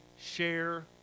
share